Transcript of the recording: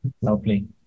Lovely